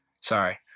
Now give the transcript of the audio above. Sorry